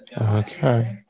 Okay